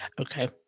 Okay